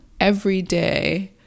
everyday